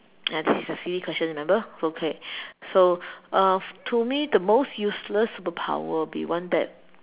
ya this is silly question remember it's okay so uh to me the most useless superpower will be one that